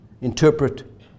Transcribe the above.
interpret